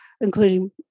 including